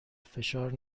فشار